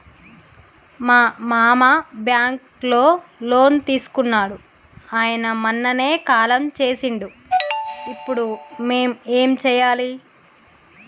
మా మామ బ్యాంక్ లో లోన్ తీసుకున్నడు అయిన మొన్ననే కాలం చేసిండు ఇప్పుడు మేం ఏం చేయాలి?